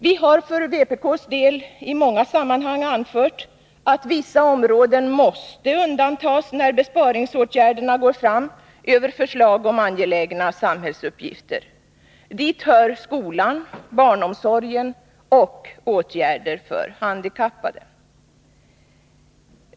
Vi har för vpk:s del i många 145 sammanhang anfört att vissa områden måste undantas när besparingsåtgärderna går fram över förslag om angelägna samhällsuppgifter. Dit hör skolan, barnomsorgen och åtgärder för handikappade.